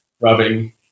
rubbing